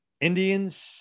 Indians